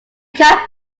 cat